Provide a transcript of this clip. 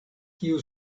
kiu